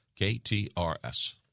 KTRS